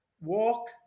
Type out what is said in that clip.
walk